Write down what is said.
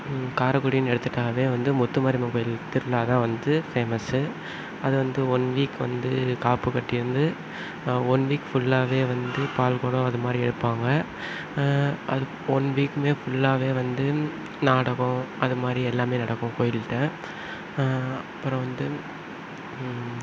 காரைக்குடியின்னு எடுத்துகிட்டாவே வந்து முத்துமாரி அம்மன் கோயில் திருவிழா தான் வந்து பேமஸு அது வந்து ஒன் வீக் வந்து காப்பு கட்டியிருந்து ஒன் வீக் ஃபுல்லாகவே வந்து பால் குடோம் அதுமாதிரி எடுப்பாங்க அது ஒன் வீக்குமே ஃபுல்லாகவே வந்து நாடகம் அதுமாதிரி எல்லாமே நடக்கும் கோயில்ட அப்புறோம் வந்து